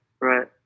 right